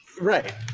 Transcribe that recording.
right